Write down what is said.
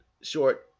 short